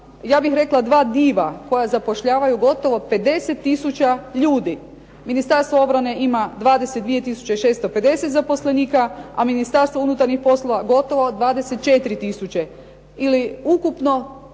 ja bih rekla dva diva koja zapošljavaju gotovo 50 tisuća ljudi. Ministarstvo obrane ima 22650 zaposlenika, a Ministarstvo unutarnjih poslova gotovo 24